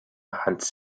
hans